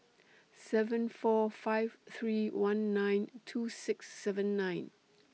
seven four five three one nine two six seven nine